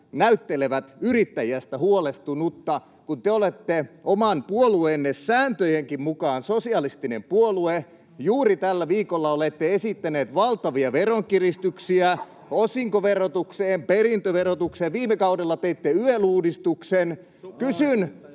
näyttelevät yrittäjästä huolestunutta, kun te olette oman puolueenne sääntöjenkin mukaan sosialistinen puolue. Juuri tällä viikolla olette esittäneet valtavia veronkiristyksiä osinkoverotukseen ja perintöverotukseen, ja viime kaudella teitte YEL-uudistuksen.